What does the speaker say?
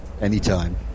Anytime